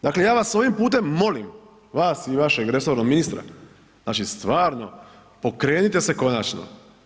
Dakle, ja vas ovim putem molim, vas i vašeg resornog ministra, znači stvarno pokrenite se konačno.